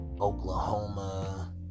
Oklahoma